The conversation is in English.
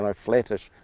and flat-ish.